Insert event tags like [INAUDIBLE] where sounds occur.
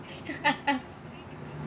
[LAUGHS]